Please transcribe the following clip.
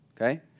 okay